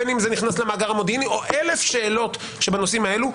בין אם זה נכנס למאגר המודיעיני או אלף שאלות בנושאים האלו,